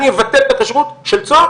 אני אבטל את הכשרות של צהר,